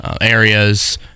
areas